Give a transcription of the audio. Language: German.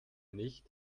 nicht